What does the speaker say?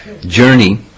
journey